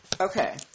Okay